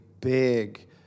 big